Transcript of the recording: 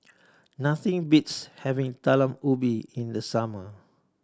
nothing beats having Talam Ubi in the summer